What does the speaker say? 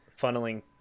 funneling